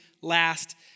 last